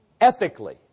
ethically